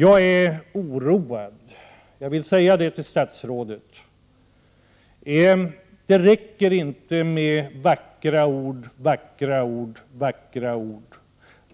Jag är oroad, det vill jag säga till statsrådet. Det räcker inte med vackra ord och åter vackra ord.